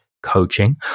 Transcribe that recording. coaching